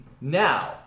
Now